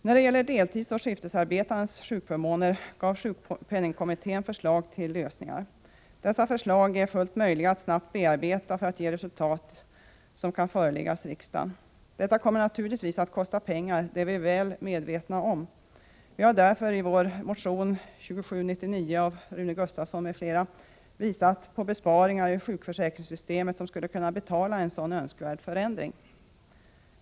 När det gäller deltidsoch skiftarbetandes sjukförmåner gav sjukpenningskommittén förslag till lösningar. Det är fullt möjligt att snabbt bearbeta dessa förslag, så att det kan resultera i ett förslag som kan föreläggas riksdagen. Detta kommer naturligtvis att kosta pengar, det är vi väl medvetna om. Vi har därför i vår motion 2799 av Rune Gustavsson m.fl. visat på besparingar i sjukförsäkringssystemet som skulle kunna betala en sådan önskvärd förändring.